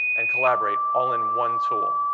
and collaborate all in one tool.